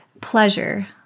pleasure